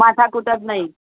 માથાકૂટ જ નહીં